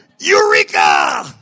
Eureka